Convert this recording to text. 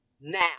now